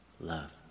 love